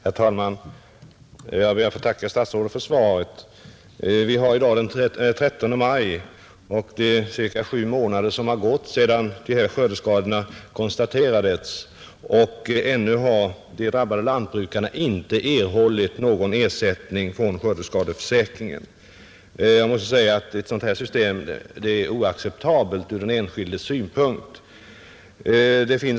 Herr talman! Jag ber att få tacka statsrådet för svaret. Vi har i dag den 13 maj. Cirka sju månader har gått sedan förra årets skördeskador konstaterades, och ännu har de drabbade lantbrukarna inte erhållit någon ersättning från skördeskadeförsäkringen, Ett sådant system är oacceptabelt ur den enskildes synpunkt.